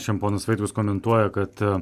šiandien ponas vaitkus komentuoja kad